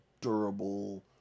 durable